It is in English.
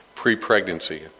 pre-pregnancy